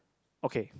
okay